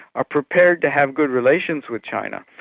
are prepared to have good relations with china,